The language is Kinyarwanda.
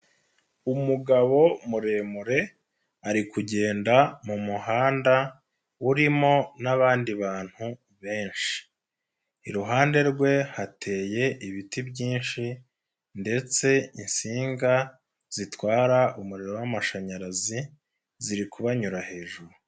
Umugabo muremure, ari kugenda mu muhanda, urimo n'abandi bantu benshi. Iruhande rwe hateye ibiti byinshi ndetse insinga zitwara umuriro w'amashanyarazi, ziri kubanyura hejuru.